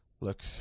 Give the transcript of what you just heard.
Look